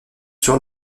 sur